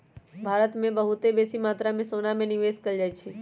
भारत में बहुते बेशी मत्रा में सोना में निवेश कएल जाइ छइ